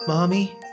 Mommy